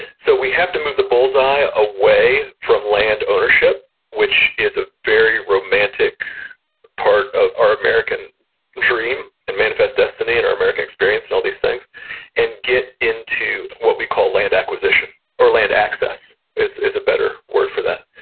so we have to move the bull's-eye away from land ownership, which is a very romantic part of our american dream and manifest destiny, and our american experience and all these things and get into what we call land acquisition. or land access is is a better word for that.